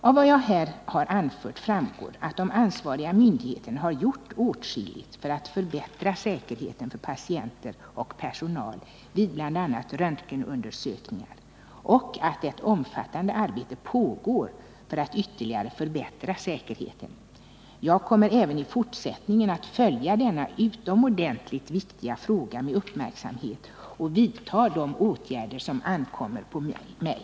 Av vad jag har anfört framgår att de ansvariga myndigheterna har gjort åtskilligt för att förbättra säkerheten för patienter och personal vid bl.a. röntgenundersökningar och att ett omfattande arbete pågår för att ytterligare förbättra säkerheten. Jag kommer även i fortsättningen att följa denna utomordentligt viktiga fråga med uppmärksamhet och vidta de åtgärder som ankommer på mig.